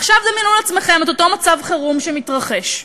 עכשיו דמיינו לעצמכם את אותו מצב חירום שמתרחש.